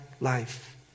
life